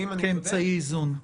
כאמצעי איזון.